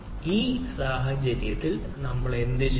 ഈ സാഹചര്യത്തിൽ നമ്മൾ എന്തുചെയ്യും